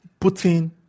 putin